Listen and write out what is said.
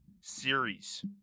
series